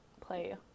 play